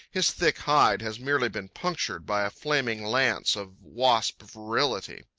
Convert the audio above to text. his thick hide has merely been punctured by a flaming lance of wasp virility.